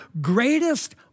greatest